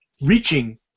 reaching